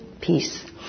Peace